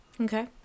Okay